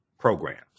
programs